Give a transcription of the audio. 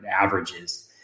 averages